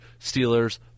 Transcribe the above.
Steelers